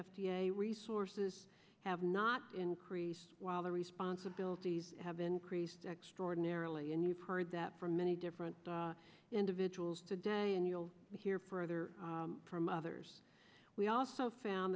a resources have not increased while their responsibilities have increased extraordinarily and you've heard that from many different individuals today and you'll hear further from others we also found